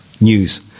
news